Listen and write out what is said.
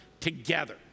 together